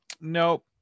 nope